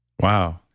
Wow